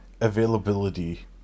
availability